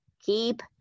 Keep